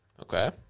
Okay